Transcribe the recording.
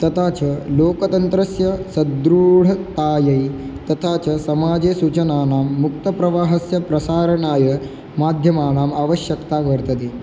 तथा च लोकतन्त्रस्य सदृढतायै तथा च समाजे सूचनानां मुक्तप्रवाहस्य प्रसारणाय माध्यमानाम् आवश्यकता वर्तते